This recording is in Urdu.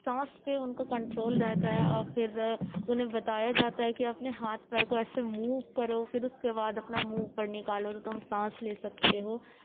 سانس پہ ان کا کنٹرول رہتا ہے اور پھر انہیں بتایا جاتا ہے کہ اپنے ہاتھ پیر کو ایسے موو کرو پھر اس کے بعد اپنا منہ اوپر نکالو تو تم سانس لے سکتے ہو